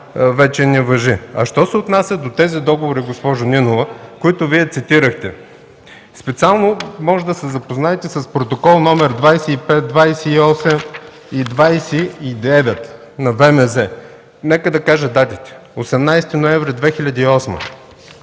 вече не важи. А що се отнася до тези договори, госпожо Нинова, които Вие цитирахте – специално можете да се запознаете с протоколи с номера 25, 28 и 29 на ВМЗ. Нека да кажа датите – 18 ноември 2008